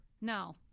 No